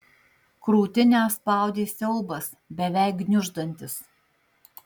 krūtinę spaudė siaubas beveik gniuždantis